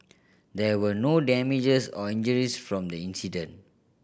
there were no damages or injuries from the incident